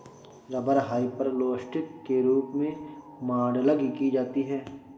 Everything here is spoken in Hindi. रबर हाइपरलोस्टिक के रूप में मॉडलिंग की जाती है